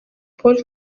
paul